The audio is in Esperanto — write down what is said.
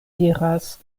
diras